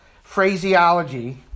phraseology